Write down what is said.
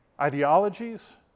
ideologies